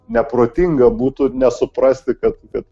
neprotinga būtų nesuprasti kad kad